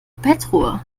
bettruhe